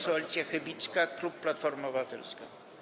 Poseł Alicja Chybicka, klub Platforma Obywatelska.